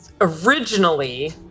originally